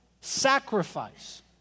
sacrifice